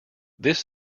this